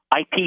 IP